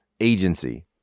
Agency